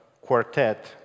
quartet